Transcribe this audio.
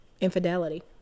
infidelity